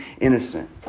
innocent